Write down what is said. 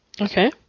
Okay